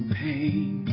pain